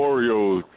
Oreos